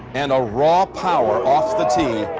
and ah raw power off the tee.